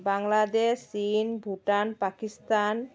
বাংলাদেশ চীন ভূটান পাকিস্তান